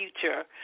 future